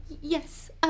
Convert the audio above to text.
Yes